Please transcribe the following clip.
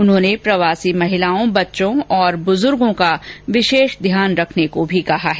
उन्होंने प्रवासी महिलाओं बच्चों और बुजुर्गो का विशेष ध्यान रखने को भी कहा है